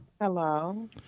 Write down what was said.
Hello